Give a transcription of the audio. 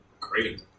great